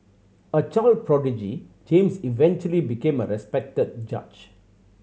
a child prodigy James eventually became a respected judge